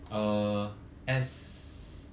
uh S